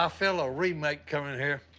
i feel a remake coming here.